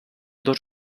dos